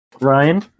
Ryan